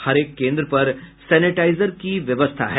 हरेक केन्द्र पर सेनेटाईजर की व्यवस्था है